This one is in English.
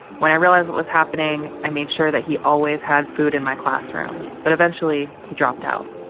when i realized what was happening, i made sure that he always had food in my classroom. but eventually, he dropped out.